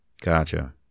Gotcha